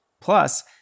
Plus